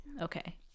okay